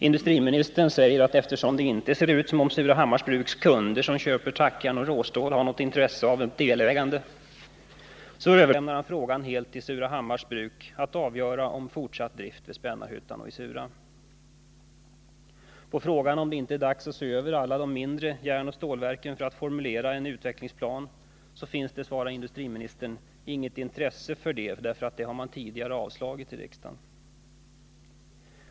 Industriministern säger att eftersom det inte ser ut som om de kunder till Surahammars Bruk som köper tackjärn och råstål har något intresse av ett delägande i Spännarhyttan, så överlämnar han till Surahammars Bruk att helt avgöra frågan om fortsatt drift i Spännarhyttan och i Surahammar. På frågan om det inte är dags att se över alla de mindre järnoch stålverken för att formulera en utvecklingsplan, svarar industriministern att han inte har något intresse för detta eftersom man redan har avslagit det förslaget i riksdagen.